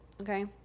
okay